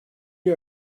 you